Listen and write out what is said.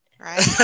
right